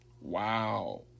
Wow